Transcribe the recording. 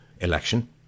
election